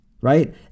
right